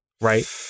right